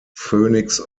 phoenix